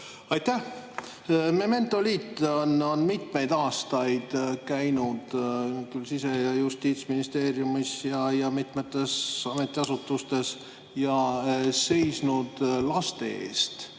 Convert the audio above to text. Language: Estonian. Aitäh! Memento liit on mitmeid aastaid käinud küll Sise- ja Justiitsministeeriumis ja mitmetes ametiasutustes ning seisnud laste eest,